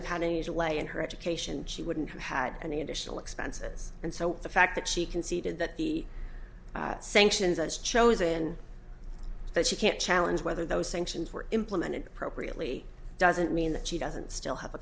have had any delay in her education she wouldn't have had any additional expenses and so the fact that she conceded that the sanctions as chosen that she can't challenge whether those sanctions were implemented appropriately doesn't mean that she doesn't still have a